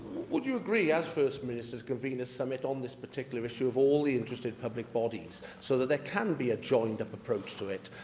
would you agree, as first minister, to convene a summit on this particular issue of all the interested public bodies, so that there can be a joined-up approach to it,